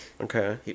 Okay